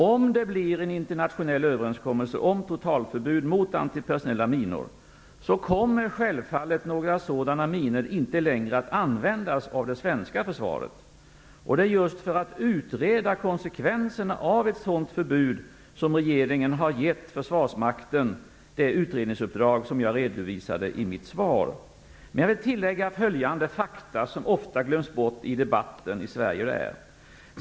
Om det blir en internationell överenskommelse om totalförbud mot antipersonella minor kommer självfallet inte några sådana minor längre att användas av det svenska försvaret. Det är just för att utreda konsekvenserna av ett sådant förbud som regeringen har gett försvarsmakten det utredningsuppdrag som jag redovisade i mitt svar. Jag vill tillägga följande fakta som ofta glöms bort i debatten i Sverige.